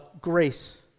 grace